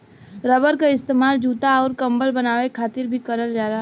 rubber क इस्तेमाल जूता आउर कम्बल बनाये खातिर भी करल जाला